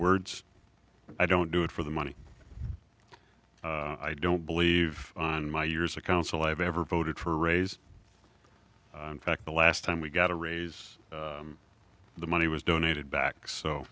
words i don't do it for the money i don't believe on my years of council i've ever voted for a raise in fact the last time we got a raise the money was donated back